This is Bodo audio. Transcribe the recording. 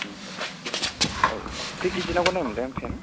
औ औ खोय केजि नांगौ होनदोंमोनलाय